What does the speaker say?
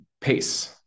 pace